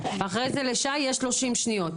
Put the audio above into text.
אחרי זה לשי יש שלושים שניות.